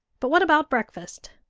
but what about breakfast?